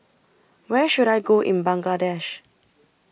Where should I Go in Bangladesh